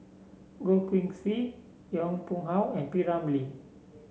Goh Keng Swee Yong Pung How and P Ramlee